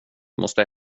måste